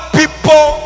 people